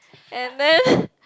and then